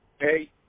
Hey